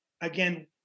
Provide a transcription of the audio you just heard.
again